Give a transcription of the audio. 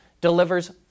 delivers